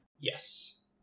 Yes